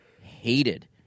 hated